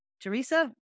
Teresa